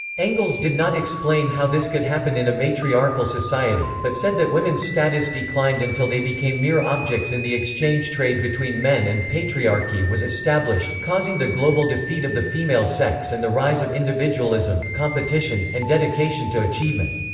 engels did not explain how this could happen in a matriarchal society, but said that women's status declined until they became mere objects in the exchange trade between men and patriarchy was established, causing the global defeat of the female sex and the rise of individualism, competition, and dedication to achievement.